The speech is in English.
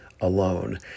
alone